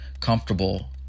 comfortable